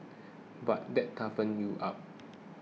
but that toughens you up